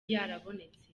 yarabonetse